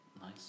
Nice